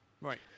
right